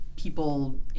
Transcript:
People